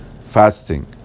Fasting